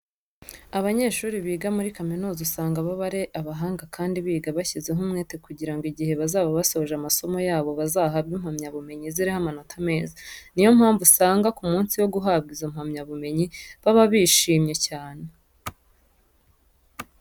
Abanyeshuri biga muri kaminuza usanga baba ari abahanga kandi biga bashyizeho umwete kugira ngo igihe bazaba basoje amasomo yabo bazahabwe impamyabumenyi ziriho amanota meza. Niyo mpamvu usanga ku munsi wo guhabwa izo mpamyabumenyi baba bishimye cyane.